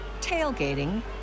tailgating